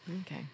Okay